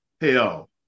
hell